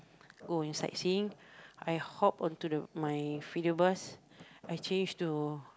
go on sightseeing I hop onto the my feeder bus I change to